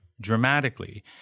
dramatically